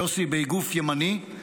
יוסי, באיגוף ימני,